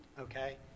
Okay